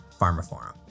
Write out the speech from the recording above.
PharmaForum